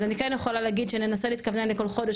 אני כן יכולה להגיד שננסה להתכוונן לכל חודש,